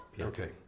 Okay